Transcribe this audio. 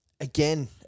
Again